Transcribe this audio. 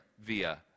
via